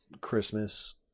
christmas